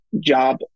job